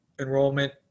enrollment